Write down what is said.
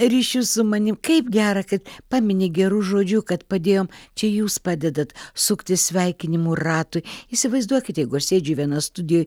ryšius su manim kaip gera kad pamini geru žodžiu kad padėjom čia jūs padedat suktis sveikinimų ratui įsivaizduokit jeigu aš sėdžiu viena studijoj